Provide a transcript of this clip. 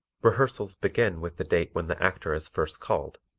rehearsals begin with the date when the actor is first called.